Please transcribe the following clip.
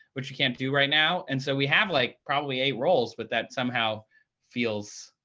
which you can't do right now. and so we have like probably eight rolls, but that somehow feels